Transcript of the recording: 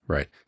Right